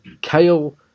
kale